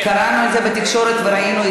טענו את זה בתקשורת וראינו.